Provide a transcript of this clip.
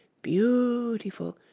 beautiful,